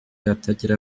atagera